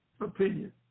Opinion